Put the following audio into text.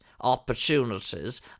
opportunities